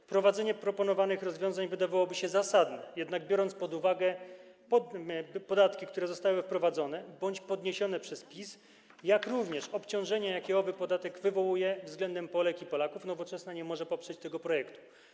Wprowadzenie proponowanych rozwiązań wydawałoby się zasadne, jednak biorąc pod uwagę podatki, które zostały wprowadzone bądź podwyższone przez PiS, jak również obciążenie, jakie ów podatek wywołuje względem Polek i Polaków, Nowoczesna nie może poprzeć tego projektu.